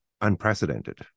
unprecedented